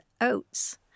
oats